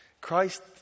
Christ